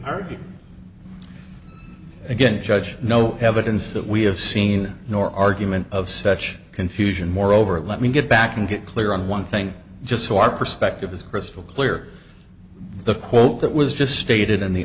argued against judge no evidence that we have seen nor argument of such confusion moreover let me get back and get clear on one thing just so our perspective is crystal clear the quote that was just stated and the